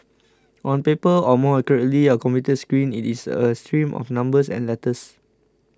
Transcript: on paper or more accurately a computer screen it is a stream of numbers and letters